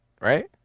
right